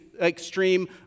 extreme